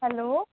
hello